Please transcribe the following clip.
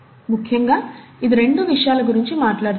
ముఖ్యంగా ఇది రెండు విషయాల గురించి మాట్లాడుతుంది